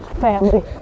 family